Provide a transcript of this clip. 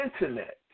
Internet